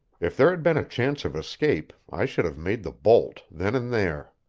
if there had been a chance of escape i should have made the bolt, then and there.